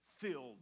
filled